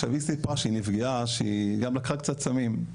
עכשיו היא סיפרה שהיא נפגעה והיא גם לקחה קצת סמים,